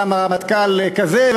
למה הרמטכ"ל כזה.